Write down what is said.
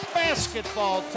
basketball